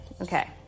Okay